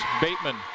Bateman